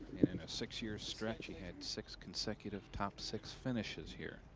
in a six-year stretch, she had six consecutive top six finishes here.